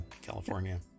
California